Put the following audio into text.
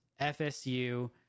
FSU